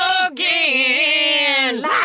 again